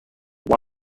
know